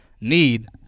need